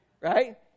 right